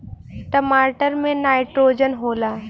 टमाटर मे नाइट्रोजन होला?